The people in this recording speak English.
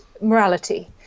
morality